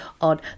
on